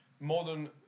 modern